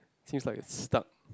since like is stuck